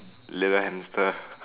little hamster